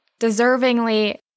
deservingly